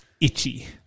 itchy